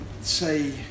say